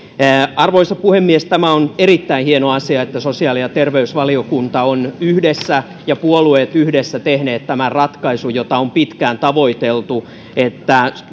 arvoisa puhemies tämä on erittäin hieno asia että sosiaali ja terveysvaliokunta on yhdessä ja puolueet ovat yhdessä tehneet tämän ratkaisun jota on pitkään tavoiteltu että